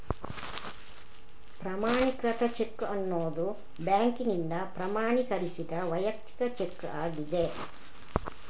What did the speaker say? ಪ್ರಮಾಣೀಕೃತ ಚೆಕ್ ಅನ್ನುದು ಬ್ಯಾಂಕಿನಿಂದ ಪ್ರಮಾಣೀಕರಿಸಿದ ವೈಯಕ್ತಿಕ ಚೆಕ್ ಆಗಿದೆ